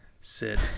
Sid